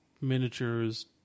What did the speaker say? miniatures